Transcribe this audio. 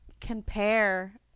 compare